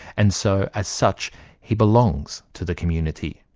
and so as such he belongs to the community.